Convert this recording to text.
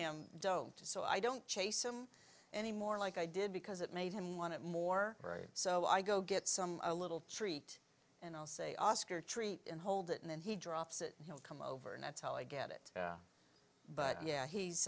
him don't to so i don't chase him anymore like i did because it made him want it more very so i go get some a little treat and i'll say oscar treat and hold it and then he drops it he'll come over and that's how i get it but yeah